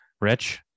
Rich